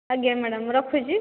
ଆଜ୍ଞା ମ୍ୟାଡ଼ମ୍ ରଖୁଛି